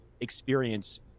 experience